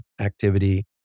activity